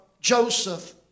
Joseph